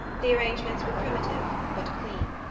the arrangements were primitive but clean,